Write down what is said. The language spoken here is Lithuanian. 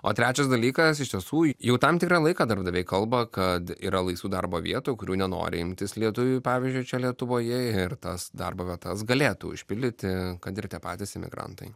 o trečias dalykas iš tiesų jau tam tikrą laiką darbdaviai kalba kad yra laisvų darbo vietų kurių nenori imtis lietuviai pavyzdžiui čia lietuvoje ir tas darbo vietas galėtų užpildyti kad ir tie patys imigrantai